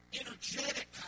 energetic